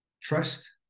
trust